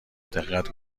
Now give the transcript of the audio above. دقت